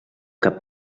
cap